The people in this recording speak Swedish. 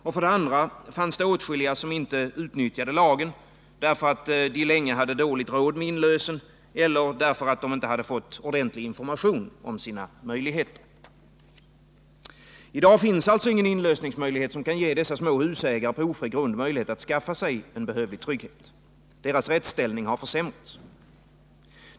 Och för det andra fanns det åtskilliga som inte utnyttjade lagen därför att de länge hade dåligt råd med inlösen eller därför att de inte hade fått ordentlig information om sina möjligheter. I dag finns ingen inlösningsmöjlighet som kan ge dessa små husägare på ofri grund förutsättning att skaffa sig en behövlig trygghet. Deras rättsställning har försämrats.